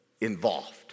involved